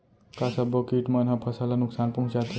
का सब्बो किट मन ह फसल ला नुकसान पहुंचाथे?